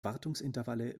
wartungsintervalle